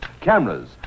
cameras